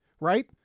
right